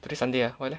today Sunday ah why leh